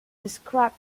described